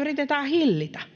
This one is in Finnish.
yritetään hillitä.